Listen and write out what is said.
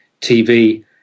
TV